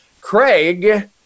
Craig